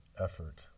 effort